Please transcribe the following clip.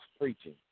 preaching